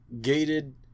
gated